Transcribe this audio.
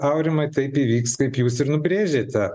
aurimai taip įvyks kaip jūs ir nubrėžėte